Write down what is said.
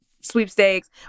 sweepstakes